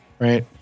right